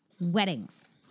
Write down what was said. weddings